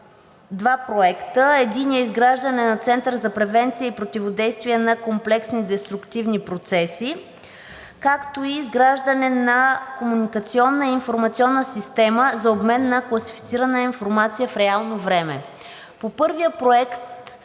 два проекта: единият – „Изграждане на Център за превенция и противодействие на комплексни деструктивни процеси“, както и „Изграждане на комуникационна и информационна система за обмен на класифицирана информация в реално време“. По първия проект